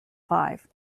five